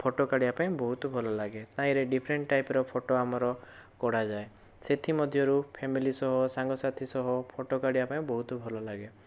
photo କାଢ଼ିବା ପାଇଁ ବହୁତ ଭଲ ଲାଗେ ତହିଁରେ ଡିଫରେଣ୍ଟ ଟାଇପର ଫୋଟୋ ଆମର କଢାଯାଏ ସେଥି ମଧ୍ୟରୁ ଫ୍ୟାମିଲି ସହ ସାଙ୍ଗସାଥି ସହ ଫୋଟୋ କାଢ଼ିବା ପାଇଁ ବହୁତ ଭଲ ଲାଗେ